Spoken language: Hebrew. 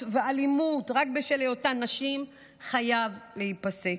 ואלימות רק בשל היותן נשים חייב להיפסק.